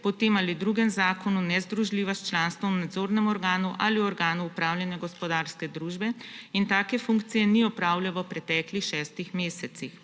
po tem ali drugem zakonu nezdružljiva s članstvom v nadzornem organu ali organu upravljanja gospodarske družbe in take funkcije ni opravljal v preteklih šestih mesecih.